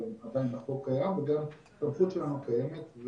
אבל עדיין החוק קיים וגם הסמכות שלנו קיימת.